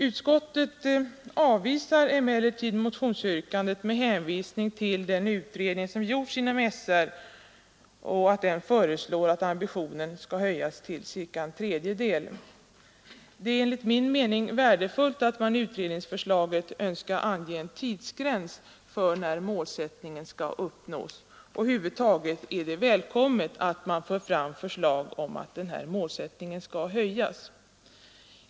Utskottet avvisar emellertid motionsyrkandet med hänvisning till att den utredning som gjorts inom SR föreslår att ambitionen höjs med cirka en tredjedel. Det är enligt min mening värdefullt att man i utredningsförslaget för fram förslag om att höja målsättningen och önskar ange en tidsgräns för när denna målsättning skall uppnås.